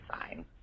fine